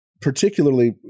particularly